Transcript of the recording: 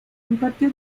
impartió